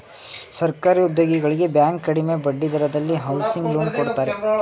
ಸರ್ಕಾರಿ ಉದ್ಯೋಗಿಗಳಿಗೆ ಬ್ಯಾಂಕ್ ಕಡಿಮೆ ಬಡ್ಡಿ ದರದಲ್ಲಿ ಹೌಸಿಂಗ್ ಲೋನ್ ಕೊಡುತ್ತಾರೆ